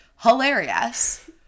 hilarious